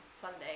Sunday